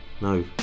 No